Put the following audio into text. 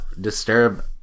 Disturb